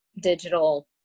digital